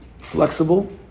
flexible